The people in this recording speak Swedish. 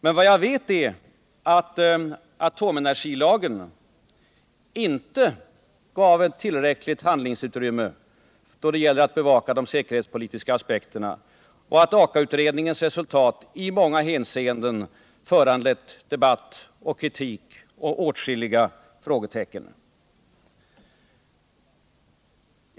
Men vad jag vet är att atomenergilagen inte gav tillräckligt handlingsutrymme då det gäller att bevaka de säkerhetspolitiska aspekterna och att Aka-utredningens resultat i många hänseenden föranlett debatt, kritik och åtskilliga frågetecken.